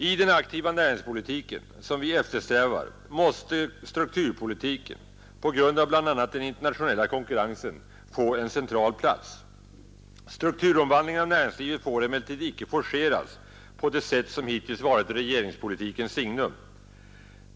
I den aktiva näringspolitik som vi eftersträvar måste strukturpolitiken på grund av bl.a. den internationella konkurrensen få en central plats. Strukturomvandlingen av näringslivet får emellertid icke forceras på det sätt som hittills varit regeringspolitikens signum.